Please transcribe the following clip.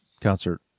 concert